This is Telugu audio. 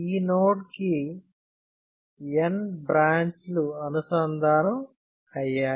ఈ నోడ్ కి N బ్రాంచ్లు అనుసంధానం అయ్యాయి